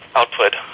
output